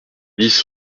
dix